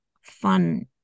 fun